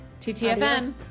TTFN